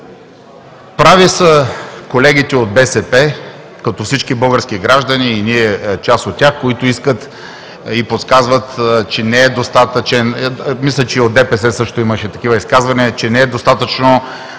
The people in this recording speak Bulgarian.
Прави са колегите от БСП, като всички български граждани и ние сме част от тях, които искат и подсказват, мисля, че и от ДПС също имаше такива изказвания, че не е достатъчно